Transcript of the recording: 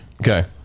Okay